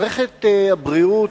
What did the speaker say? בוועדת הכלכלה.